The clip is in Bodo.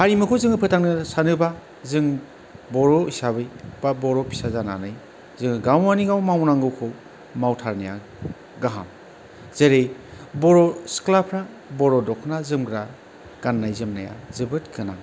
हारिमुखौ जोङो फोथांनो सानोबा जों बर' हिसाबै बा बर' फिसा जानानै जोङो गाव मानि गाव मावनांगौखौ मावथारनाया गाहाम जेरै बर' सिख्लाफ्रा बर' दखना जोमग्रा गान्नाय जोमनाया जोबोद गोनां